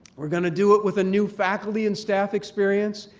we're going to do it with a new faculty and staff experience,